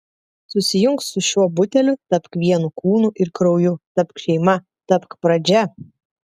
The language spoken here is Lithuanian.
susijunk su šiuo buteliu tapk vienu kūnu ir krauju tapk šeima tapk pradžia